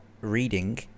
reading